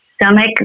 Stomach